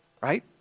Right